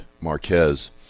Marquez